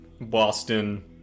Boston